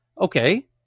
Okay